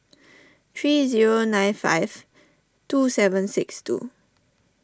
three zero nine five two seven six two